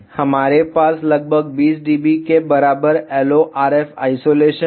हमारे पास लगभग 20 dB के बराबर LO RF आइसोलेशन था